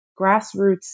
grassroots